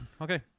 Okay